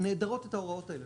נעדרות את ההוראות האלה,